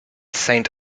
saint